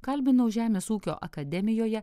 kalbinau žemės ūkio akademijoje